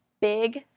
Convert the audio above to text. big